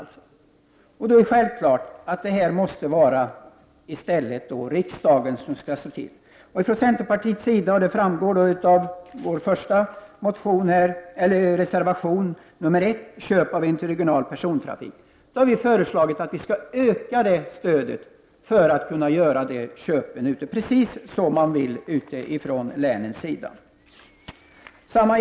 Mot den bakgrunden är självklart att detta måste vara en fråga som riksdagen i stället skall se till. Ifrån centerns sida — vilket framgår av reservation nr 1 om köp av interregional persontrafik — har vi föreslagit att man skall öka stödet för att kunna göra köpen ute. Det är precis detta man vill från länens sida.